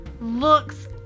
looks